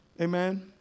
Amen